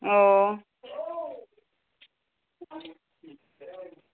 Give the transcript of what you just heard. ও